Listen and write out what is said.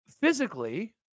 physically